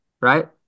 right